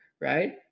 right